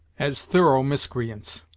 as thorough miscreants.